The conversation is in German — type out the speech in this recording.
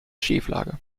schieflage